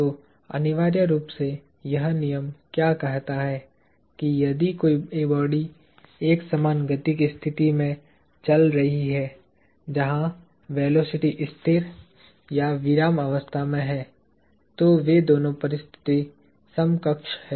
तो अनिवार्य रूप से यह नियम क्या कहता है कि यदि कोई बॉडी एकसमान गति की स्थिति में चल रही है जहां वेलोसिटी स्थिर या विरामावस्था में है तो वे दोनों परिस्थिति समकक्ष हैं